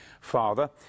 father